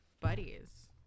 buddies